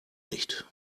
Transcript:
nicht